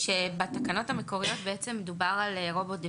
בתקנות המקוריות בעצם דובר על רובוט דה